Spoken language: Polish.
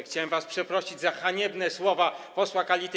Chciałem was przeprosić za haniebne słowa posła Kalety.